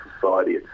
society